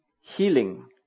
healing